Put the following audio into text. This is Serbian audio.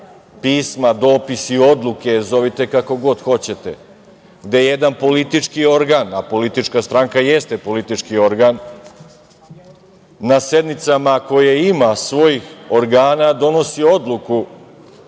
pisma, dopisi i odluke, zovite ih kako god hoćete, gde jedan politički organ, a politička stranka jeste politički organ, na sednicama, koje ima, svojih organa donosi odluku